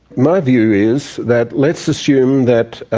my view is that, let's assume that